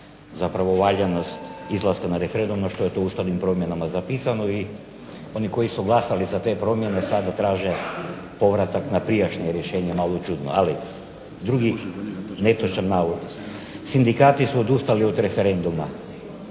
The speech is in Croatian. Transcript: zapravo valjanost izlaska na referendum no to je to ustavnim promjenama zapisano. I oni koji su glasali za te promjene sada traže povratak na prijašnje rješenje. Malo čudno, ali drugi netočan navod. Sindikati su odustali od referenduma.